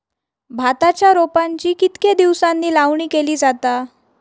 भाताच्या रोपांची कितके दिसांनी लावणी केली जाता?